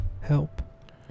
Help